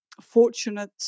fortunate